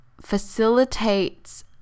facilitates